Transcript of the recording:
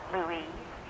Louise